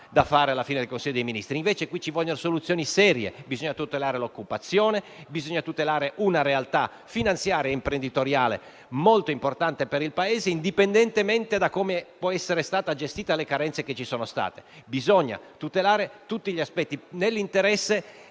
da fare alla fine del Consiglio dei ministri. Qui ci vogliono invece soluzioni serie, in quanto bisogna tutelare l'occupazione e una realtà finanziaria e imprenditoriale che è molto importante per il Paese, indipendentemente da come può essere stata gestita e dalle carenze che ci sono state. Bisogna tutelare tutti gli aspetti, nell'interesse